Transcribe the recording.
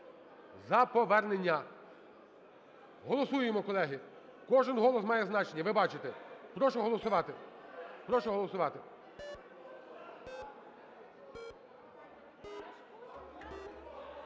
за повернення. Голосуємо, колеги, кожен голос має значення, ви бачите. Прошу голосувати.